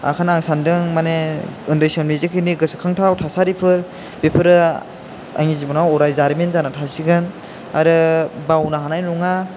ओंखायनो आं सानदों माने उन्दै समनि जेखिनि गोसोखांथाव थासारिफोर बेफोरो आंनि जिबनाव अराय जारिमिन जानानै थासिगोन आरो बावनो हानाय नङा